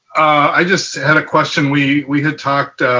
i just had a question. we we had talked